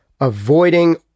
avoiding